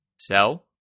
Sell